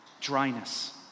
Dryness